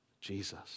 Jesus